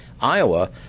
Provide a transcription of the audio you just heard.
Iowa